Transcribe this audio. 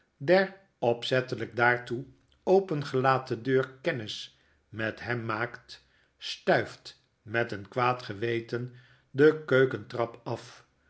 der opzettelyk daartoe opengelaten deur kennis met hem maakt stuift met een kwaad geweten de keukentrap af